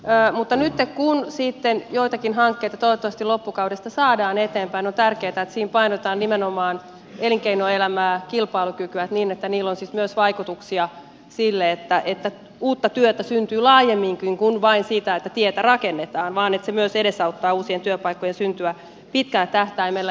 mutta nyt kun sitten joitakin hankkeita toivottavasti loppukaudesta saadaan eteenpäin on tärkeätä että siinä painotetaan nimenomaan elinkeinoelämää kilpailukykyä niin että niillä on siis myös vaikutuksia siihen että uutta työtä syntyy laajemminkin kuin vain siitä että tietä rakennetaan niin että se myös edesauttaa uusien työpaikkojen syntyä pitkällä tähtäimellä